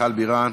מיכל בירן,